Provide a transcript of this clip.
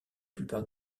plupart